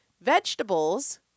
Vegetables